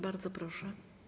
Bardzo proszę.